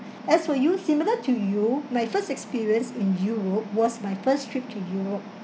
as for you similar to you my first experience in europe was my first trip to europe